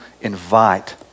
invite